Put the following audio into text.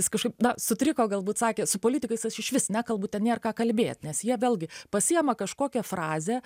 jis kažkaip na sutriko galbūt sakė su politikais aš išvis nekalbu ten nėr ką kalbėt nes jie vėlgi pasiima kažkokią frazę